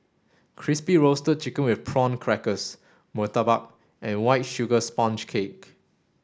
crispy roasted chicken with prawn crackers Murtabak and white sugar sponge cake